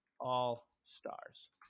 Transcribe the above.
All-Stars